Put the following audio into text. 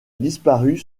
disparu